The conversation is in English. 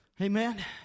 Amen